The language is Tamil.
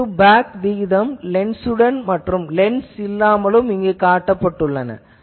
பிரண்ட் டூ பேக் விகிதம் லென்ஸ் உடன் மற்றும் லென்ஸ் இல்லாமல் இங்கே காட்டப்பட்டுள்ளன